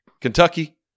Kentucky